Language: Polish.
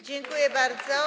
Dziękuję bardzo.